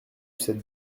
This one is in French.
cette